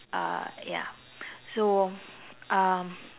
ah ya so um